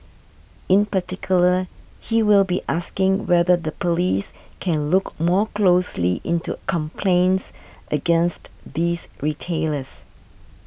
in particular he will be asking whether the police can look more closely into complaints against these retailers